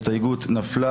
הצבעה הסתייגות דחתה.